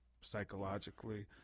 psychologically